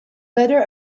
better